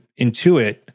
intuit